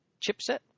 chipset